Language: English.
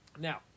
Now